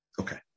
Okay